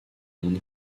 monde